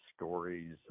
stories